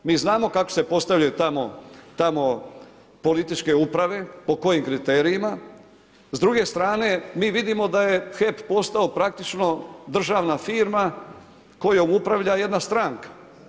Mi znamo kako se postavljaju tamo političke uprave, po kojim kriterijima, s druge strane mi vidimo da je HEP postao praktično državna firma kojom upravlja jedna stranka.